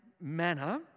manner